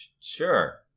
sure